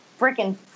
freaking